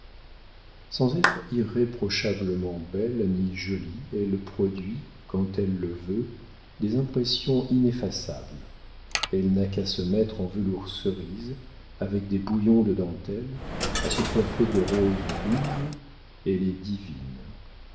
sans être irréprochablement belle ni jolie elle produit quand elle le veut des impressions ineffaçables elle n'a qu'à se mettre en velours cerise avec des bouillons de dentelles à se coiffer de roses rouges elle est divine